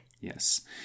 Yes